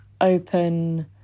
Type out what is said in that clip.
open